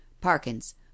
Parkins